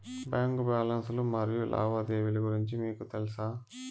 Bank balance లు మరియు లావాదేవీలు గురించి మీకు తెల్సా?